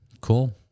Cool